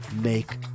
make